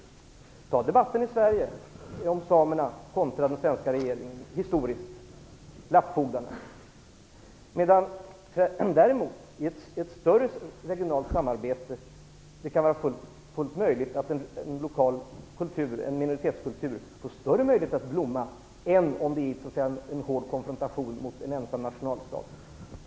Se på debatten i Sverige om samerna kontra den svenska regeringen historiskt sett, t.ex. om lappfogdarna! Däremot kan det i ett större regionalt samarbete vara fullt möjligt att en minoritetskultur får större tillfällen att blomma än i en kanske hård konfrontation med en ensam nationalstat.